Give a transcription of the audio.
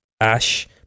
Ash